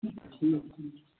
ٹھیٖک ٹھیٖک